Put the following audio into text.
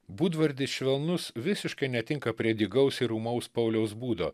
būdvardis švelnus visiškai netinka prie dygaus ir ūmaus pauliaus būdo